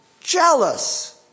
jealous